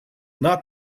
not